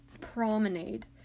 promenade